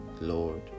Lord